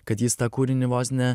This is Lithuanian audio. kad jis tą kūrinį vos ne